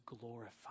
glorify